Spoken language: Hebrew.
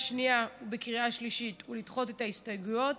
שנייה ובקריאה שלישית ולדחות את ההסתייגויות.